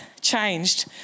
changed